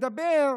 מדבר.